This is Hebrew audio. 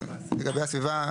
כן, לגבי הסביבה.